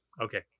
okay